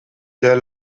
der